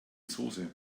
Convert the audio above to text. soße